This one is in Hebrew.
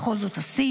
בכל זאת עשינו.